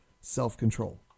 self-control